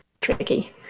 tricky